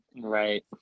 right